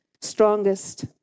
strongest